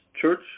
church